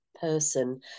person